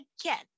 again